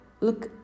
look